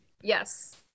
yes